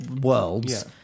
worlds